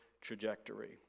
trajectory